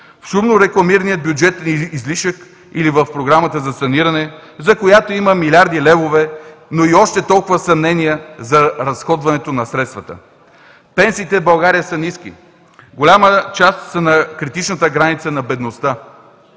В шумно рекламирания бюджетен излишък или в Програмата за саниране, за която има милиарди левове, но и още толкова съмнения за разходването на средствата. Пенсиите в България са ниски. Голяма част са на критичната граница на бедността.